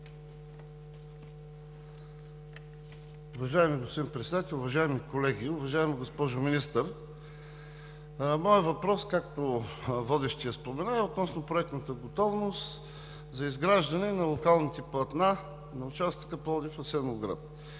Уважаеми господин Председател, уважаеми колеги! Уважаема госпожо Министър, моят въпрос, както водещият спомена, е относно проектната готовност за изграждане на локалните платна на участъка Пловдив – Асеновград,